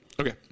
Okay